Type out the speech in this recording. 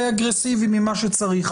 אולי יותר אגרסיבי ממה שצריך.